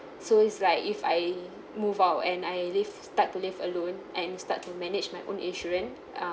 so it's like if I move out and I live start to live alone and start to manage my own insurance uh